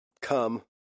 Come